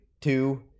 two